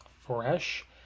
fresh